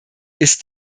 ist